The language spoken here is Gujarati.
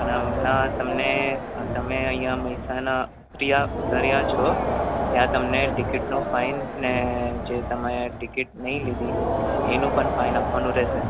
અને ના તમને તમે અહીંયા મહેસાણા ઉતર્યા છો ત્યાં તમને ટિકિટનો ફાઇન અને જે તમે ટિકિટ નહીં લીધી એનું પણ ફાઇન આપવાનું રહેશે